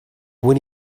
when